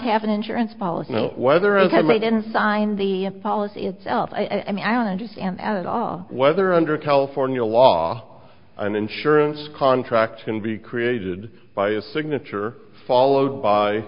have an insurance policy whether as i didn't sign the policy itself i mean i don't understand at all whether under california law an insurance contract can be created by a signature followed by